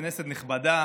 כנסת נכבדה,